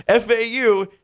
FAU